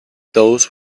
those